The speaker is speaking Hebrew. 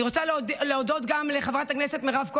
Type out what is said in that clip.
אני רוצה להודות גם לחברת הכנסת מירב כהן,